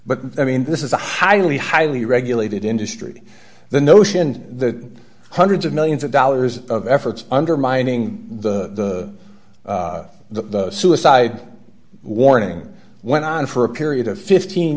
but i mean this is a highly highly regulated industry the notion the hundreds of millions of dollars of efforts undermining the the suicide warning went on for a period of fifteen